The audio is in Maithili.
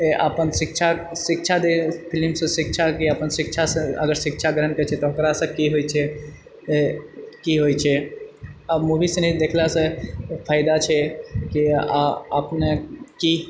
अपन शिक्षा शिक्षा देहै फिलिमसँ शिक्षा कि अपन शिक्षासँ अगर शिक्षा ग्रहण करैछेै तऽ ओकरासँ की होइछेै कि होइछेै अब मूवीसनि देखलासँ फायदा छै कि अपने कि